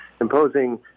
imposing